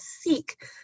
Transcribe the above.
seek